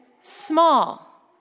small